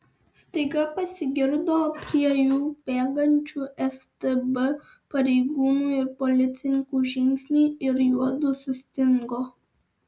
staiga pasigirdo prie jų bėgančių ftb pareigūnų ir policininkų žingsniai ir juodu sustingo